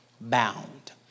Bound